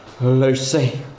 Lucy